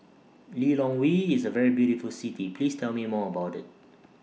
Lilongwe IS A very beautiful City Please Tell Me More about IT